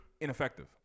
ineffective